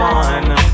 one